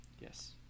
Yes